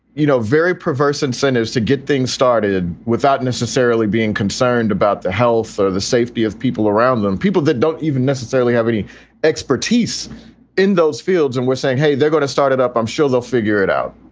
you know, very perverse incentives to get things started without necessarily being concerned about the health or the safety of people around them, people that don't even necessarily have any expertise in those fields. and we're saying, hey, they're going to start it up. i'm sure they'll figure it out.